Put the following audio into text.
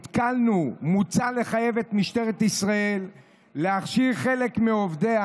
מוצע לחייב את משטרת ישראל להכשיר חלק מעובדיה,